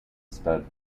stud